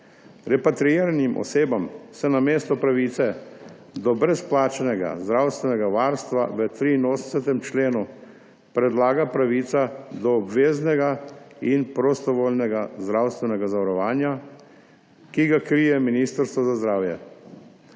Repatriiranim osebam se namesto pravice do brezplačnega zdravstvenega varstva v 83. členu predlaga pravica do obveznega in prostovoljnega zdravstvenega zavarovanja, ki ga krije Ministrstvo za zdravje.